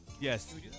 Yes